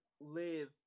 live